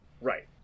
Right